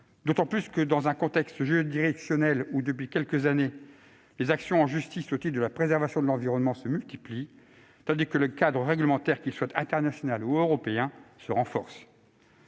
d'autant plus dans un contexte juridictionnel où, depuis quelques années, les actions en justice au titre de la préservation de l'environnement se multiplient, tandis que le cadre réglementaire, qu'il soit international ou européen, se renforce.